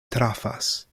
trafas